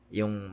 yung